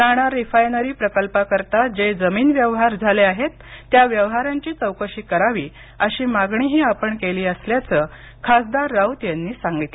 Nanar refinery प्रकल्पाकरता जे जमीन व्यवहार झाले आहेत त्या व्यवहारांची चौकशी करावी अशी मागणीही आपण केली असल्याच खासदार राऊत यांनी सांगितलं